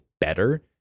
better